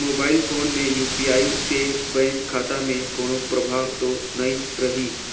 Mobile phone मे UPI से bank खाता मे कोनो प्रभाव तो नइ रही?